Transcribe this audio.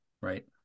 Right